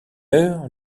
heure